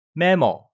memo